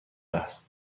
است